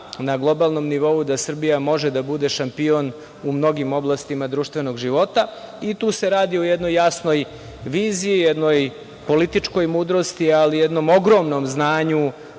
na globalnom nivou da Srbija može da bude šampion u mnogim oblastima društvenog života. Tu se radi o jednoj jasnoj viziji, jednoj političkoj mudrosti, ali i jednom ogromnom znanju